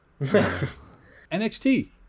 NXT